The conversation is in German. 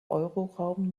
euroraum